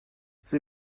sie